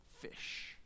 fish